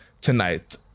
tonight